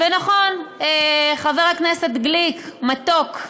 ונכון, חבר הכנסת גליק, מתוק,